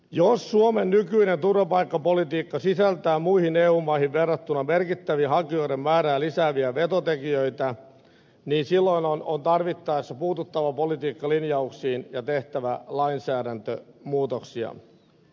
jos suomen nykyinen turvapaikkapolitiikka sisältää muihin eu maihin verrattuna merkittäviä hakijoiden määrää lisääviä vetotekijöitä niin silloin on tarvittaessa puututtava politiikkalinjauksiin ja tehtävä lainsäädäntömuutoksia